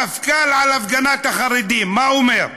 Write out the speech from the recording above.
המפכ"ל, על הפגנת החרדים, מה הוא אומר?